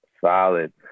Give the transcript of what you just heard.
solid